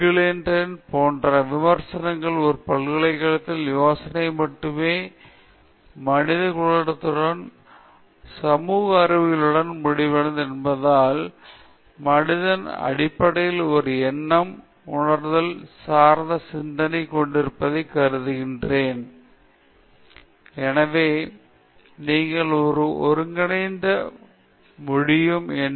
Terry Eagleton போன்றே விமர்சகர்கள் ஒரு பல்கலைக்கழகத்தின் யோசனை மட்டுமே மனிதகுலத்துடனும் சமூக அறிவியலுடனும் முடிவடையும் என்பதால் மனிதவள அடிப்படையில் ஒரு எண்ணம் உள்ளுணர்வு சார்ந்த சிந்தனை கொண்டிருப்பதாக கருதுகிறேன் ஒரு பொதுவான ஊகத்தை நான் பொது வாழ்வில் ஊகிக்கக்கூடிய பார்வையாக கருதுகிறேன்